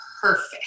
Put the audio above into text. perfect